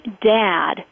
dad